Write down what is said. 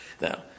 Now